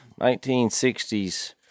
1960s